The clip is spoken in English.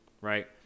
right